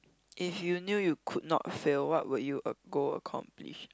if you knew you could not fail what would you go accomplish